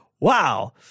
Wow